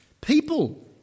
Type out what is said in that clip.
people